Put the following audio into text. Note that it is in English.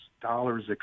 dollars